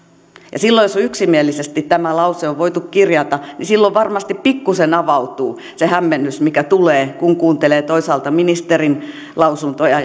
ja silloin jos yksimielisesti tämä lause on voitu kirjata niin silloin varmasti pikkuisen avautuu se hämmennys mikä tulee kun kuuntelee toisaalta ministerin lausuntoja